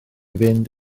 fynd